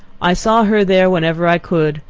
i saw her there whenever i could,